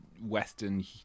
Western